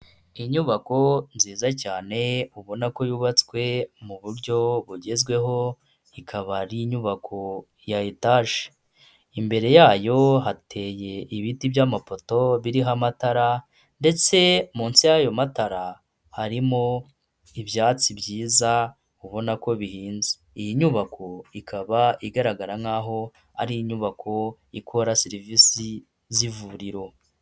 Inyubako nziza cyane ubona ko yubatswe mu buryo bugezweho ikaba ari inyubako ya etaje, imbere yayo hateye ibiti by'amapoto biriho amatara ndetse munsi y'ayo matara harimo ibyatsi byiza ubona ko bihinze, iyi nyubako ikaba igaragara nk'aho ari inyubako ikora serivisi z'ivuriro.